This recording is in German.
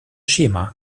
schema